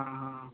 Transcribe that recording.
हँ हँ